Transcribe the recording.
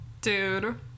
dude